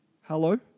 hello